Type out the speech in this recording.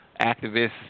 activists